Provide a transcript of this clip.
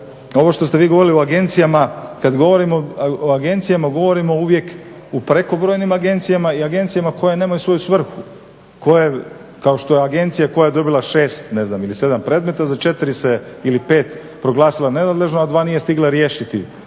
Ovo što ste vi govorili o agencijama, kad govorimo o agencijama govorimo uvijek o prekobrojnim agencijama i agencijama koje nemaju svoju svrhu, kao što je agencija koja je dobila 6 ili 7 predmeta, za 4 se ili 5 proglasila nenadležnom, a 2 nije stigla riješiti